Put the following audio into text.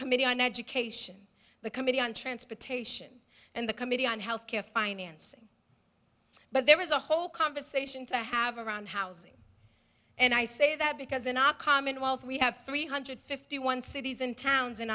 committee on education the committee on transportation and the committee on health care financing but there is a whole conversation to have around housing and i say that because in our commonwealth we have three hundred fifty one cities and towns in